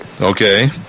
Okay